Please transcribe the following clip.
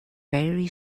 very